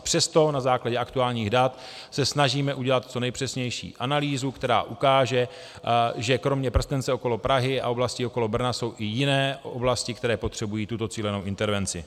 Přesto se na základě aktuálních dat snažíme udělat co nejpřesnější analýzu, která ukáže, že kromě prstence okolo Prahy a oblasti okolo Brna jsou i jiné oblasti, které potřebují tuto cílenou intervenci.